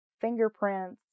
fingerprints